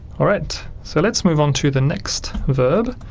alright, so let's move on to the next verb.